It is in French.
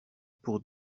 pour